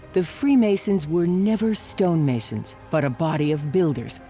the freemasons were never stonemasons but a body of builders,